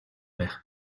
байх